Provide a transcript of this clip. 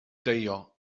deio